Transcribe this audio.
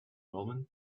wellman